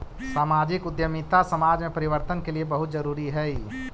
सामाजिक उद्यमिता समाज में परिवर्तन के लिए बहुत जरूरी हई